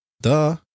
Duh